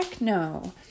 no